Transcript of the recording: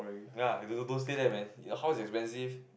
ya don't stay there man the house is expensive